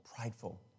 prideful